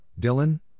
Dylan